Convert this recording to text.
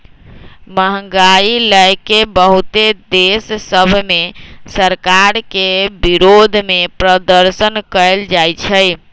महंगाई लए के बहुते देश सभ में सरकार के विरोधमें प्रदर्शन कएल जाइ छइ